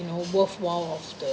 you know worthwhile of the